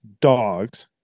dogs